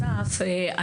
אסף,